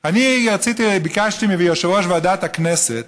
אני ביקשתי מיושב-ראש ועדת הכנסת